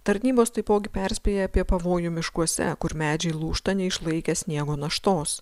tarnybos taipogi perspėja apie pavojų miškuose kur medžiai lūžta neišlaikę sniego naštos